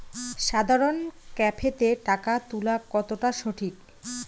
সাধারণ ক্যাফেতে টাকা তুলা কতটা সঠিক?